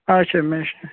اَچھا مِشیٖن